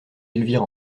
elvire